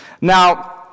now